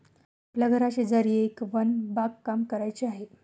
आपल्या घराशेजारी एक वन बागकाम करायचे आहे